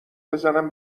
بزنن